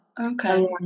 okay